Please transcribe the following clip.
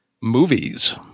Movies